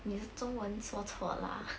你的中文说错啦